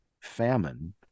famine